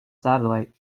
satellite